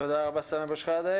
תודה רבה, סמי אבו שחאדה.